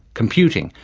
computing,